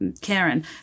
Karen